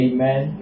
Amen